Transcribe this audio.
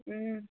ও